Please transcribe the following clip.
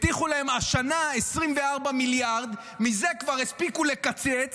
הבטיחו להם השנה 24 מיליארד, מזה כבר הספיקו לקצץ.